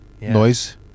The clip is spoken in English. noise